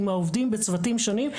עם העובדים בצוותים שונים.